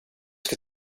ska